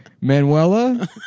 Manuela